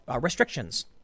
restrictions